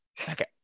Okay